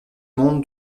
monde